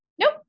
Nope